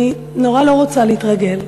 אני לא רוצה להתרגל.